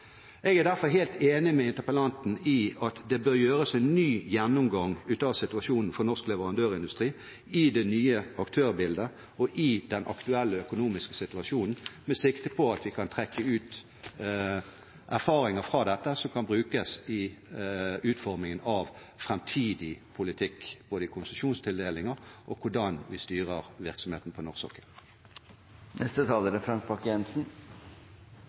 Jeg er derfor helt enig med interpellanten i at det bør gjøres en ny gjennomgang av situasjonen for norsk leverandørindustri i det nye aktørbildet og i den aktuelle økonomiske situasjonen, med sikte på at vi kan trekke ut erfaringer fra dette som kan brukes i utformingen av framtidig politikk, både når det gjelder konsesjonstildelinger, og når det gjelder hvordan vi styrer virksomheten på norsk sokkel.